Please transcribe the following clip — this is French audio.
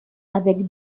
avec